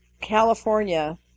California